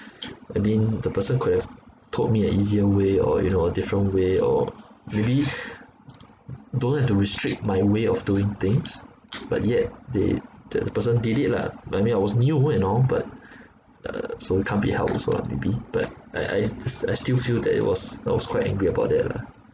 I mean the person could have told me an easier way or you know a different way or maybe don't have to restrict my way of doing things but yet they that the person did it lah I mean I was new and all but uh so it can't be helped also lah maybe but I I just I still feel that it was I was quite angry about that lah